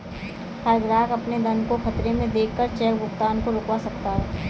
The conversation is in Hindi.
हर ग्राहक अपने धन को खतरे में देख कर चेक भुगतान को रुकवा सकता है